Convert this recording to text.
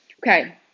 Okay